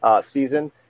season